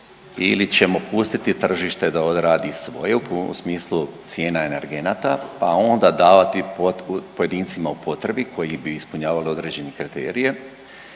ili ćemo pustiti tržište da odradi svoje u smislu cijena energenata, pa onda davati pojedincima u potrebi koji bi ispunjavali određene kriterije